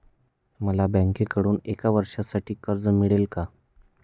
मला बँकेकडून एका वर्षासाठी कर्ज मिळेल का?